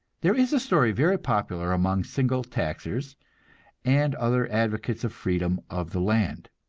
there is a story very popular among single taxers and other advocates of freedom of the land.